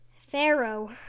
Pharaoh